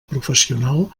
professional